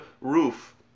roof